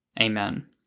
Amen